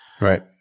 Right